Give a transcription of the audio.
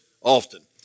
often